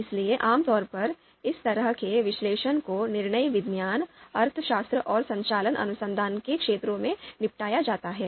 इसलिए आमतौर पर इस तरह के विश्लेषण को निर्णय विज्ञान अर्थशास्त्र और संचालन अनुसंधान के क्षेत्रों में निपटाया जाता है